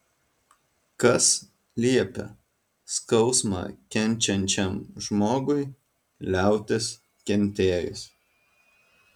kas liepia skausmą kenčiančiam žmogui liautis kentėjus